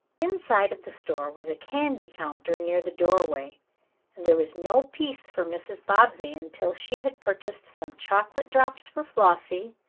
inside of the store was a candy counter near the doorway, and there was no peace for mrs. bobbsey until she had purchased some chocolate drops for flossie,